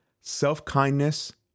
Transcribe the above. self-kindness